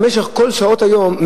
במשך כל שעות היום,